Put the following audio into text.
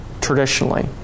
traditionally